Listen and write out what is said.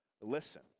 Listen